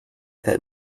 that